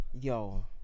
Yo